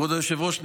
כבוד היושב-ראש,